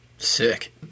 Sick